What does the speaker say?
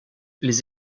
les